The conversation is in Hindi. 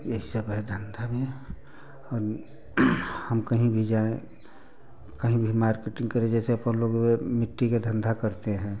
यही सब है धंधा में और हम कहीं भी जाएँ कहीं भी मार्केटिंग करें जैसे अपन लोग मिट्टी के धंधा करते हैं